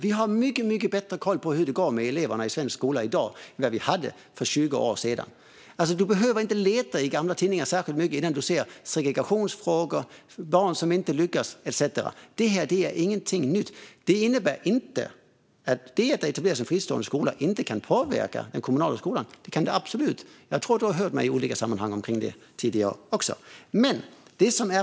Vi har mycket bättre koll i dag på hur det går med eleverna i svensk skola än vad vi hade för 20 år sedan. Du behöver inte leta i gamla tidningar särskilt mycket innan du kan läsa om segregationsfrågor, barn som inte lyckas etcetera. Det är ingenting nytt. Det innebär inte att det faktum att det etableras en fristående skola inte kan påverka den kommunala skolan. Det kan det absolut. Jag tror att du har hört mig tala om det i olika sammanhang tidigare också.